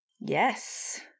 Yes